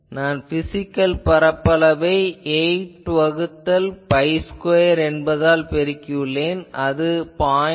நான் பிசிகல் பரப்பளவை 8 வகுத்தல் பை ஸ்கொயர் என்பதால் பெருக்கியுள்ளேன் அது 0